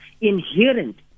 inherent